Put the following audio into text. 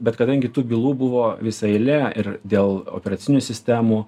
bet kadangi tų bylų buvo visa eilė ir dėl operacinių sistemų